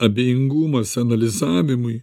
abejingumas analizavimui